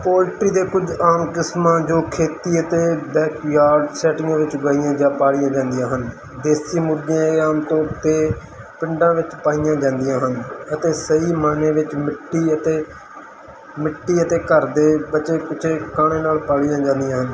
poultry ਦੀਆਂ ਕੁਝ ਆਮ ਕਿਸਮਾਂ ਜੋ ਖੇਤੀ ਅਤੇ ਬੈਕਯਾਰਡ ਸੈਟਿੰਗਾਂ ਵਿੱਚ ਉਗਾਈਆਂ ਜਾਂ ਪਾਲੀਆਂ ਜਾਂਦੀਆਂ ਹਨ ਦੇਸੀ ਮੁਰਗੀਆਂ ਇਹ ਆਮ ਤੌਰ 'ਤੇ ਪਿੰਡਾਂ ਵਿੱਚ ਪਾਈਆਂ ਜਾਂਦੀਆਂ ਹਨ ਅਤੇ ਸਹੀ ਮਾਇਨੇ ਵਿੱਚ ਮਿੱਟੀ ਅਤੇ ਮਿੱਟੀ ਅਤੇ ਘਰ ਦੇ ਬਚੇ ਖੁਚੇ ਕਣ ਨਾਲ ਪਾਲੀਆਂ ਜਾਂਦੀਆਂ ਹਨ